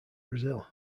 brazil